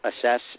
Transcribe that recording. assess